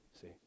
see